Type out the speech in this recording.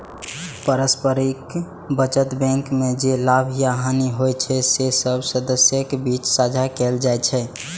पारस्परिक बचत बैंक मे जे लाभ या हानि होइ छै, से सब सदस्यक बीच साझा कैल जाइ छै